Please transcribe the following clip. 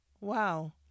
Wow